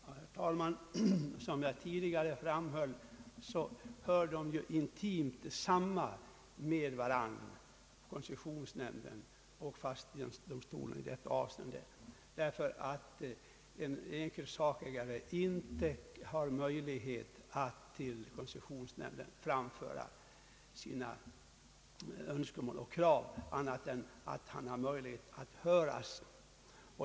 Herr talman! Som jag tidigare framhöll, hör koncessionsnämnden och fastighetsdomstolen intimt samman i detta avseende. En enskild sakägare har ingen möjlighet att till koncessionsnämnden framföra sina önskemål och krav. Han har endast möjlighet att höras.